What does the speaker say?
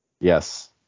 Yes